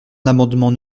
l’amendement